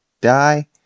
die